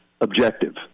objective